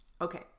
Okay